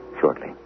shortly